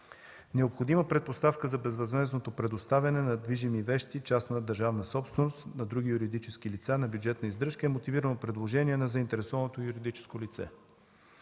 Необходима предпоставка за безвъзмездното предоставяне на движими вещи – частна държавна собственост, на други юридически лица на бюджетна издръжка е мотивирано предложение на заинтересованото юридическо лице.